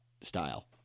style